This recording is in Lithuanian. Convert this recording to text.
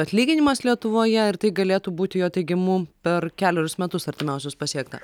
atlyginimas lietuvoje ir tai galėtų būti jo teigimu per kelerius metus artimiausius pasiekta